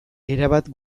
erabat